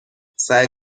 سعی